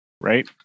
right